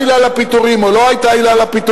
עילה לפיטורים או לא היתה עילה לפיטורים.